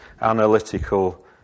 analytical